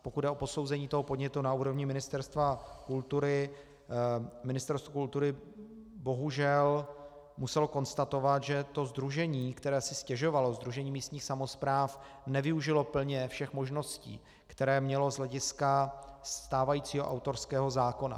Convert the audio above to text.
Pokud jde o posouzení toho podnětu na úrovni Ministerstva kultury, Ministerstvo kultury bohužel muselo konstatovat, že to sdružení, které si stěžovalo, Sdružení místních samospráv, plně nevyužilo všech možností, které mělo z hlediska stávajícího autorského zákona.